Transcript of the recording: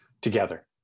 together